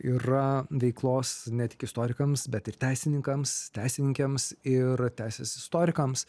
yra veiklos ne tik istorikams bet ir teisininkams teisininkėms ir teisės istorikams